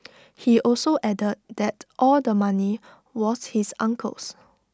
he also added that all the money was his uncle's